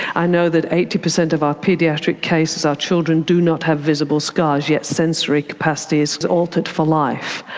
i know that eighty percent of our paediatric cases, our children, do not have visible scars, yet sensory capacity is is altered for life.